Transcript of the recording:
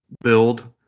build